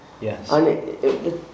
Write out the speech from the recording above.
Yes